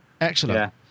Excellent